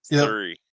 three